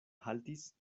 haltis